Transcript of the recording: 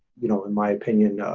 you know, in my opinion,